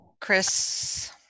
Chris